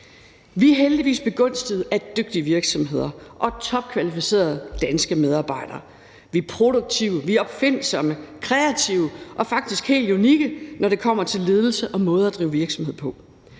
Vi er heldigvis begunstiget af dygtige virksomheder og topkvalificerede danske medarbejdere; vi er produktive, vi er opfindsomme, kreative og faktisk helt unikke, når det kommer til ledelse og måder at drive virksomhed på.